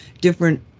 different